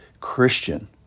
Christian